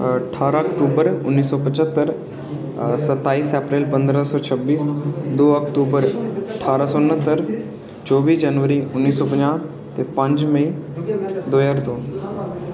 ठारां अक्तूबर उन्नी सौ पंज्हत्तर सताई अप्रैल पंदरां सौ छब्बी दो अक्तूबर ठारां सौ न्हत्तर चौह्बी जनवरी उन्नी सौ पंजाहं पंज मई दो ज्हार दो